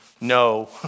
no